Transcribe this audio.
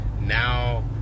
Now